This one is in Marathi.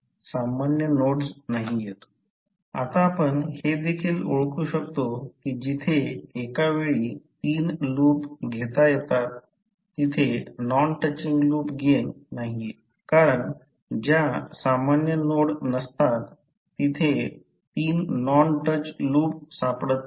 आता आपण हे देखील ओळखू शकतो की जिथे एकावेळी तीन लूप घेता येतात तिथे नॉन टचिंग लूप गेन नाहीये कारण ज्यात सामान्य नोड नसतात तिथे तीन नॉन टच लूप सापडत नाहीत